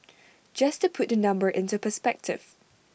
just to put the number into perspective